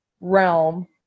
realm